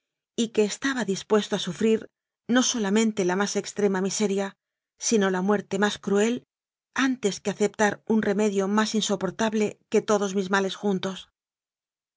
y que estaba dispuesto a sufrir no solamente la más extrema miseria sino la muerte más cruel antes que aceptar un remedio más insoportable que to dos mis males juntos